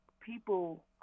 people